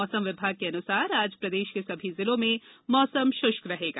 मौसम विभाग के अनुसार आज प्रदेश के सभी जिलों में मौसम शुष्क रहेगा